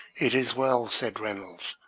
it is well, said reynolds,